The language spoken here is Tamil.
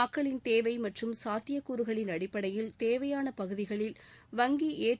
மக்களின் தேவை மற்றும் சாத்தியக்கூறுகளின் அடிப்படையில் தேவையான பகுதிகளில் வங்கி ஏடி